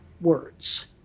words